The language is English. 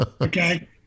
Okay